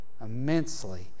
immensely